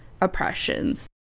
oppressions